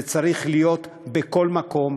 זה צריך להיות בכל מקום,